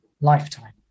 lifetime